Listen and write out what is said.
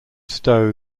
stowe